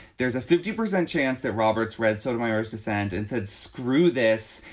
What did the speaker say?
there's a fifty percent chance that roberts read sotomayor's descendant said, screw this.